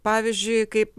pavyzdžiui kaip